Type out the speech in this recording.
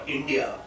India